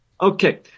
Okay